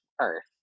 earth